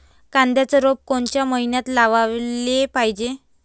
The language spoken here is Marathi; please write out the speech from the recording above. कांद्याचं रोप कोनच्या मइन्यात लावाले पायजे?